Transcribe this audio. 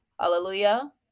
Hallelujah